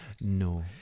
No